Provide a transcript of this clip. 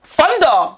Thunder